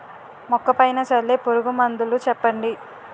మొక్క పైన చల్లే పురుగు మందులు చెప్పండి?